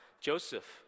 Joseph